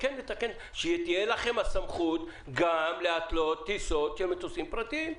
שתהיה לכם הסמכות גם להתלות טיסות של מטוסים פרטיים.